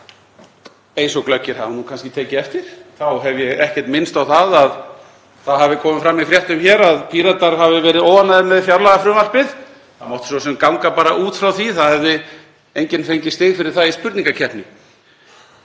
Eins og glöggir hafa kannski tekið eftir hef ég ekkert minnst á það að þá hafi komið fram í fréttum hér að Píratar hafi verið óánægðir með fjárlagafrumvarpið. Það mátti svo sem ganga bara út frá því, það hefði enginn fengið stig fyrir það í spurningakeppni.